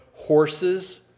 Horses